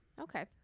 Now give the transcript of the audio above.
okay